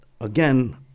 again